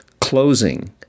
closing